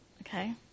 Okay